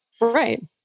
right